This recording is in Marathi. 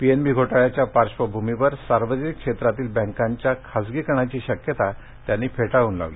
पीएनबी घोटाळ्याच्या पार्श्वभूमीवर सार्वजनिक क्षेत्रातील बँकांच्या खासगीकरणाची शक्यता त्यांनी फेटाळून लावली